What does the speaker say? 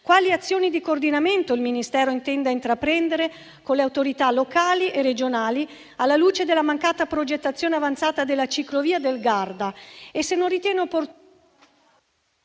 quali azioni di coordinamento il Ministero intenda intraprendere con le autorità locali e regionali alla luce della mancata progettazione avanzata della ciclovia del Garda;